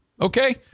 okay